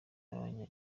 abanya